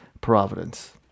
Providence